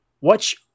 watch